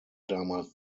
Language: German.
damals